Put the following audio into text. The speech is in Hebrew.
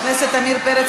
נא להצביע.